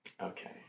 Okay